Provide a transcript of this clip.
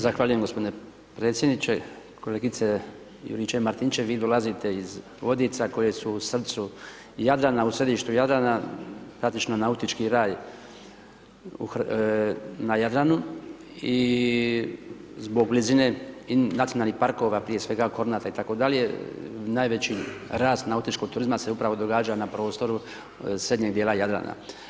Zahvaljujem g. predsjedniče, kolegice Juričev-Martinčev, vi dolazite iz Vodica koje su u srcu Jadrana, u središtu Jadrana, praktično nautički raj na Jadranu i zbog blizine nacionalnih parkova prije svega, Kornata itd. najveći rast nautičkog turizma se upravo događa na prostoru srednjeg dijela Jadrana.